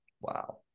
Wow